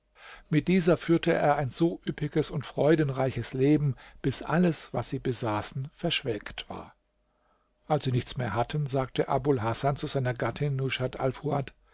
mit dieser führte er ein so üppiges und freudenreiches leben bis alles was sie besaßen verschwelgt war als sie nichts mehr hatten sagte abul hasan zu seiner gattin